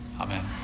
Amen